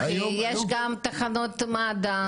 יש גם תחנות מד"א.